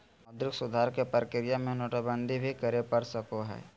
मौद्रिक सुधार के प्रक्रिया में नोटबंदी भी करे पड़ सको हय